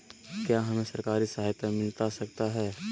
क्या हमे सरकारी सहायता मिलता सकता है?